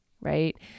right